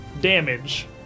damage